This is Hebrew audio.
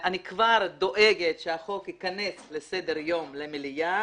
אני כבר דואגת שהחוק ייכנס לסדר היום של המליאה,